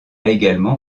également